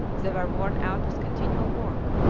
they were worn out with continual work,